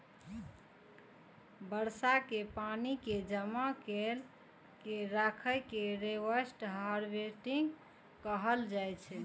बरसात के पानि कें जमा कैर के राखै के रेनवाटर हार्वेस्टिंग कहल जाइ छै